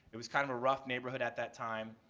it was kind of a rough neighborhood at that time.